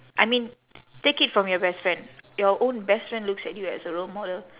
I mean take it from your best friend your own best friend looks at you as a role model